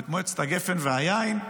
ואת מועצת הגפן והיין,